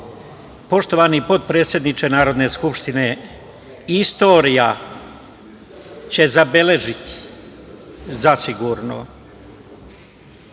aspekta. Poštovani potpredsedniče Narodne skupštine, istorija će zabeležiti zasigurno